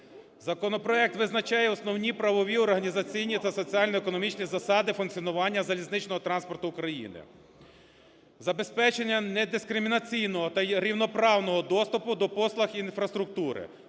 Законопроект визначає основні правові, організаційні та соціально-економічні засади функціонування залізничного транспорту України; забезпечення недискримінаційного та рівноправного доступу до послуг інфраструктури;